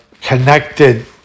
connected